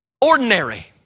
Ordinary